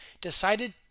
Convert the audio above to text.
decided